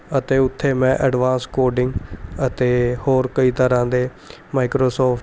ਅਤੇ ਉੱਥੇ ਮੈਂ ਐਡਵਾਂਸ ਕੋਡਿੰਗ ਅਤੇ ਹੋਰ ਕਈ ਤਰ੍ਹਾਂ ਦੇ ਮਾਈਕਰੋਸੋਫਟ